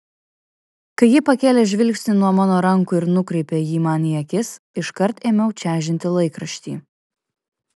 kai ji pakėlė žvilgsnį nuo mano rankų ir nukreipė jį man į akis iškart ėmiau čežinti laikraštį